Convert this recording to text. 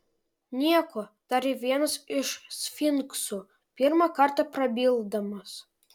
nieko tarė vienas iš sfinksų pirmą kartą prabildamas